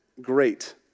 great